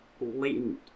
latent